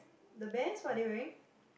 the bears what are they wearing